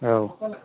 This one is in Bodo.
औ